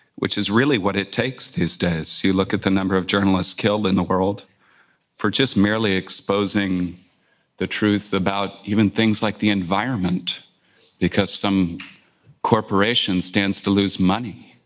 which is really what it takes these days. so you look at the number of journalists killed in the world for just merely exposing the truth about even things like the environment because some corporation stands to lose money.